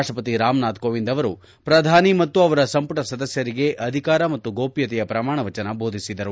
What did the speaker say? ರಾಷ್ಷಪತಿ ರಾಮನಾಥ್ ಕೋವಿಂದ್ ಅವರು ಪ್ರಧಾನಿ ಮತ್ತು ಅವರ ಸಂಪುಟ ಸದಸ್ಯರಿಗೆ ಅಧಿಕಾರ ಮತ್ತು ಗೋಪ್ಲತೆಯ ಪ್ರಮಾಣ ವಚನ ಬೋದಿಸಿದರು